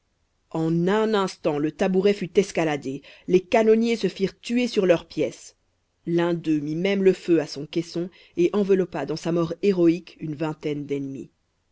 en un instant le tabouret fut escaladé les canonniers se firent tuer sur leurs pièces l'un d'eux mit même le feu à son caisson et enveloppa dans sa mort héroïque une vingtaine d'ennemis